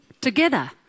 together